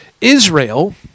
Israel